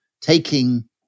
taking